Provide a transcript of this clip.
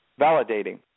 validating